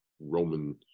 Roman